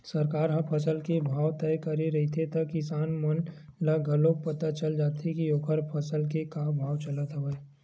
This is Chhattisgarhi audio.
सरकार ह फसल के भाव तय करे रहिथे त किसान मन ल घलोक पता चल जाथे के ओखर फसल के का भाव चलत हवय